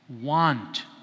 Want